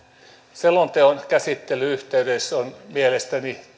selonteon käsittelyn yhteydessä on mielestäni